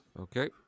Okay